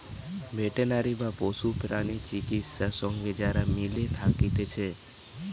veterinary বা পশু প্রাণী চিকিৎসা সঙ্গে যারা মিলে থাকতিছে